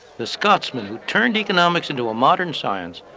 the scotsman who turned economics into a modern science,